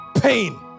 Pain